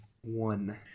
one